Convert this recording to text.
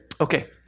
Okay